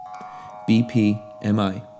BPMI